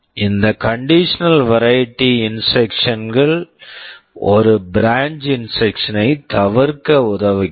இந்த conditional variety conditional variety instructions instructions கள் ஒரு பிரான்ச் இன்ஸ்ட்ரக்க்ஷன் branch instruction ஐத் தவிர்க்க உதவுகின்றன